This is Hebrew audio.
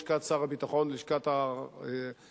לשכת שר הביטחון ולשכת הרמטכ"ל,